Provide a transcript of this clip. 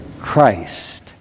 Christ